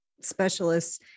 specialists